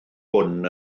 hwn